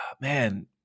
Man